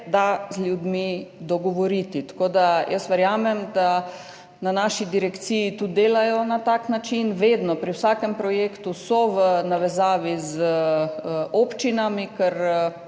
da z ljudmi dogovoriti. Tako da jaz verjamem, da na naši direkciji tudi delajo na tak način. Vedno so pri vsakem projektu v navezavi z občinami, ker